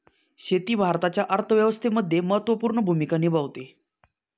शेती भारताच्या अर्थव्यवस्थेमध्ये महत्त्वपूर्ण भूमिका निभावते